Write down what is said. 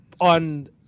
on